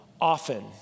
often